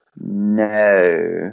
No